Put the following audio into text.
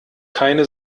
keine